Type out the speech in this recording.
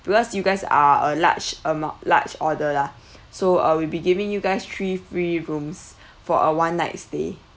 because you guys are a large amount large order lah so uh we'll be giving you guys three free rooms for a one night stay